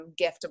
giftable